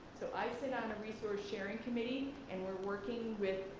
so i sit on a resource sharing committee and we're working with